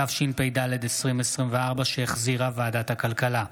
התשפ"ד 2024, שהחזירה ועדת הכלכלה.